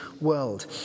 world